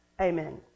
Amen